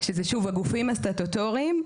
שזה שוב הגופים הסטטוטוריים.